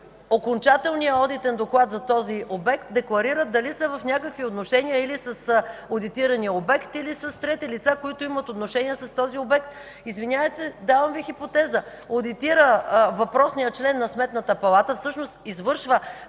окончателния одитен доклад за този обект, декларират дали са в някакви отношения или с одитирания обект, или с трети лица, които имат отношение с този обект. Извинявайте, давам Ви хипотеза. Въпросният член на Сметната палата одитира, всъщност извършва